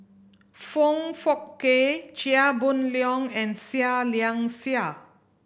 Foong Fook Kay Chia Boon Leong and Seah Liang Seah